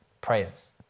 prayers